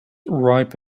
ripe